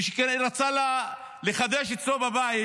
מי שרצה לחדש אצלו בבית,